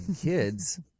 kids